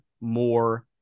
more